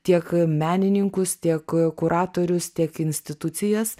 tiek menininkus tiek kuratorius tiek institucijas